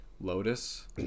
Lotus